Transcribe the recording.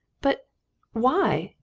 but why?